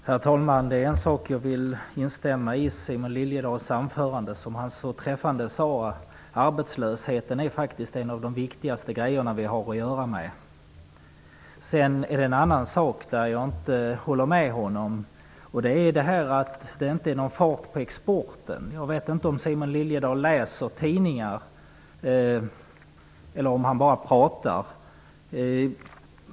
Herr talman! Det är en sak som jag vill instämma i i Simon Liliedahls anförande. Han sade så träffande: Arbetslösheten är en av de viktigaste grejerna vi har att göra med. Sedan är det en annan sak där jag inte håller med honom. Han sade att det inte någon fart på exporten. Jag vet inte om Simon Liliedahl läser tidningar eller om han bara pratar.